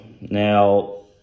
Now